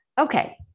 Okay